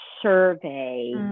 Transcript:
survey